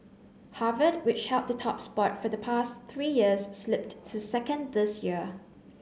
Harvard which held the top spot for the past three years slipped to second this year